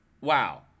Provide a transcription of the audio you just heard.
wow